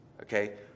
okay